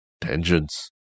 Tangents